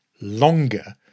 longer